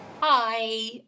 Hi